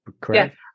correct